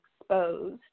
exposed